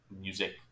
music